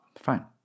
Fine